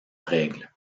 règle